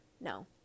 No